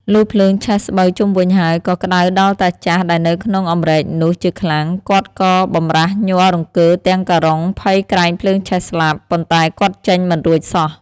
លុះភ្លើងឆេះស្បូវជុំវិញហើយ ក៏ក្តៅដល់តាចាស់ដែលនៅក្នុងអំរែកនោះជាខ្លាំង គាត់ក៏បម្រាសញ័ររង្គើរទាំងការុងភ័យក្រែងភ្លើងឆេះស្លាប់ ប៉ុន្តែគាត់ចេញមិនរួចសោះ។